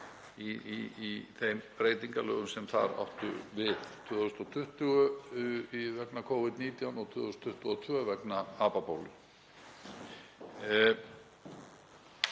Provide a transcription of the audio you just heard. í þeim breytingalögum sem þar áttu við, 2020 vegna Covid-19 og 2022 vegna apabólu.